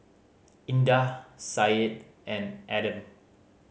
Indah Syed and Adam